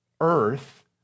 earth